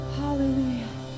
hallelujah